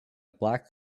black